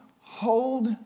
hold